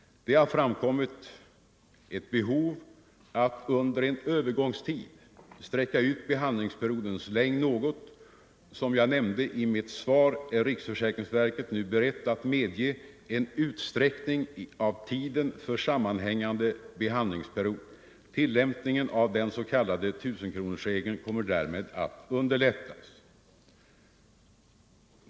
Det har framkommit ett behov av att under en övergångstid sträcka ut behandlingsperiodens längd något. Som jag nämnde i mitt svar är riksförsäkringsverket nu berett att medge en utsträckning av tiden för sammanhängande behandlingsperiod. Tillämpningen av den s.k. tusenkronorsregeln kommer därmed att underlättas.